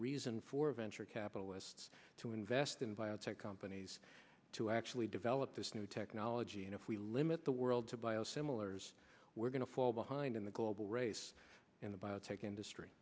reason for venture capitalists to invest in biotech companies to actually develop this new technology and if we limit the world to biosimilars we're going to fall behind in the global race in the biotech industry